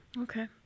Okay